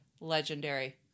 legendary